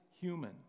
human